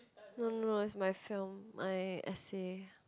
no no no is my film my essay